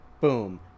boom